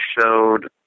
showed